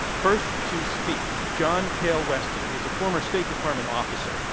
first to speak john kael weston. he is a former state department officer.